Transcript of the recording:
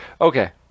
okay